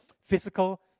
physical